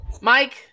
Mike